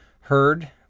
heard